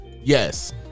yes